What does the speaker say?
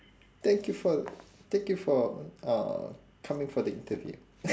thank you for thank you for mm uh coming for the interview